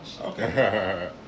Okay